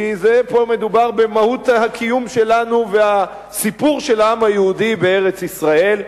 כי פה מדובר במהות הקיום שלנו והסיפור של העם היהודי בארץ-ישראל,